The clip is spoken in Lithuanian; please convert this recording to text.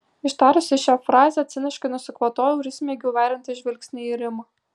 ištarusi šią frazę ciniškai nusikvatojau ir įsmeigiau veriantį žvilgsnį į rimą